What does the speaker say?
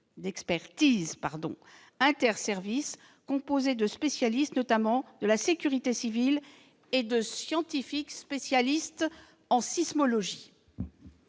d'expertise interservices composée de spécialistes, notamment de la sécurité civile, et de scientifiques spécialistes en sismologie.